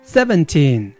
Seventeen